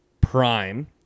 Prime